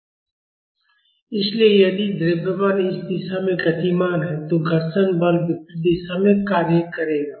F 𝜇 N इसलिए यदि द्रव्यमान इस दिशा में गतिमान है तो घर्षण बल विपरीत दिशा में कार्य करेगा